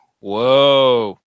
Whoa